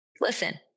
Listen